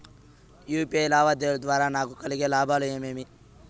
UPI లావాదేవీల ద్వారా నాకు కలిగే లాభాలు ఏమేమీ?